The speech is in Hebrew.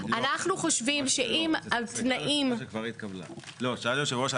אנחנו חושבים שאם התנאים --- לא, שאל יושב הראש.